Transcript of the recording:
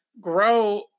grow